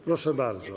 Proszę bardzo.